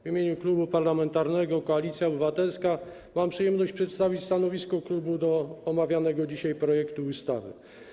W imieniu Klubu Parlamentarnego Koalicja Obywatelska mam przyjemność przedstawić stanowisko klubu odnośnie do omawianego dzisiaj projektu ustawy.